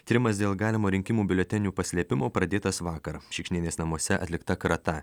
tyrimas dėl galimo rinkimų biuletenių paslėpimo pradėtas vakar šikšnienės namuose atlikta krata